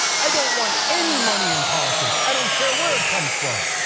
i don't want any money in politics, i don't care where it comes from.